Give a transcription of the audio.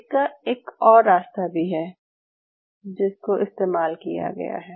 इसका एक और रास्ता भी है जिसको इस्तेमाल किया गया है